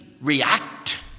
react